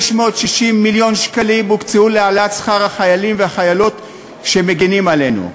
660 מיליון שקלים הוקצו להעלאת שכר החיילים והחיילות שמגינים עלינו.